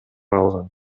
алган